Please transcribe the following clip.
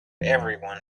everyone